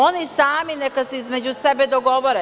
Oni sami neka se između sebe dogovore.